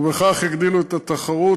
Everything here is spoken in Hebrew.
ובכך יגדילו את התחרות,